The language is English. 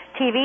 TV